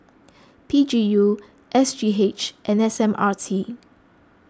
P G U S G H and S M R T